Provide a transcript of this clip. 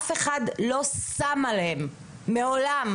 אף אחד לא שם עליהם מעולם,